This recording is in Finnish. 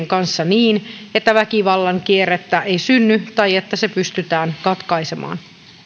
kanssa niin että väkivallan kierrettä ei synny tai että se pystytään katkaisemaan